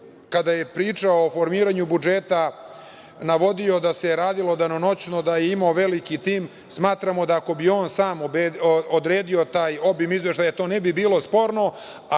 kada je pričao o formiranju budžeta, navodio da se radilo danonoćno, da je imao veliki tim, smatramo da ako bi on sam odredio taj obim izveštaja to ne bi bilo sporno,